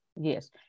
Yes